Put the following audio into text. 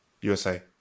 USA